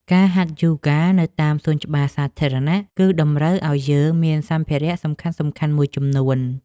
ការហាត់យូហ្គានៅតាមសួនច្បារសាធារណៈ គឺតម្រូវឲ្យយើងមានសម្ភារៈសំខាន់ៗមួយចំនួន។